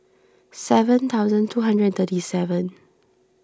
seven thousand two hundred and thirty seven